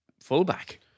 fullback